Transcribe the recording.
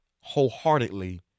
wholeheartedly